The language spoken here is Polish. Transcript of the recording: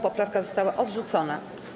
Poprawka została odrzucona.